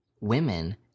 women